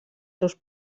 seus